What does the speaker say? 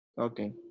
Okay